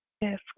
Yes